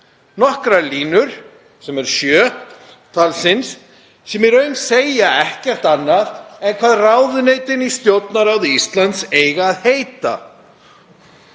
nokkrar línur, sjö talsins, sem í raun segja ekkert annað en hvað ráðuneytin í Stjórnarráði Íslands eiga að heita.